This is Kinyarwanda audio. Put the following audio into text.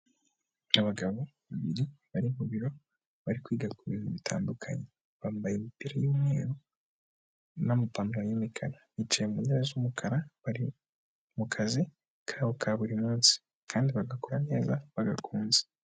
Abagabo babiri bari mu biro, bari kwiga ku bintu bitandukanye, bambaye imipira y'umweru, n'amapantaro y'imikara, bicaye mu ntebe z'umukara, bari mu kazi kabo ka buri munsi, kandi bagakora neza bagakunze.